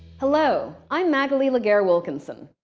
hello. i'm magalie laguerre-wilkinson.